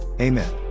Amen